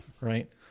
right